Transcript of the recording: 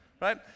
right